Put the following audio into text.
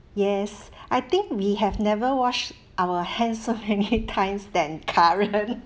yes I think we have never washed our hands so many times than current